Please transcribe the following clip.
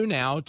now